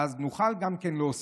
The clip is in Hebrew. ואז נוכל גם להוסיף